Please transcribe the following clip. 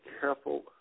careful